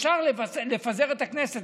אפשר לפזר את הכנסת,